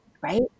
right